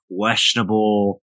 questionable